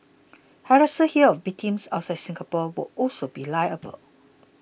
harassers here of victims outside Singapore will also be liable